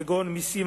כגון מסים,